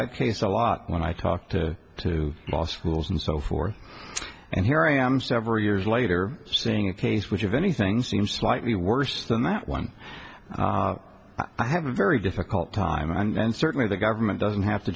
that case a lot when i talked to law schools and so forth and here i am several years later seeing a case which of anything seems slightly worse than that one i have a very difficult time and certainly the government doesn't have to